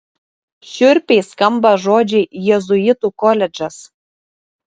šiurpiai skamba žodžiai jėzuitų koledžas